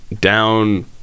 down